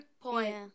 point